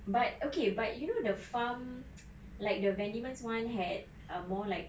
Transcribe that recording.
but okay but you know the farm like the van diemen's one had err more like